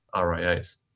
RIAs